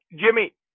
Jimmy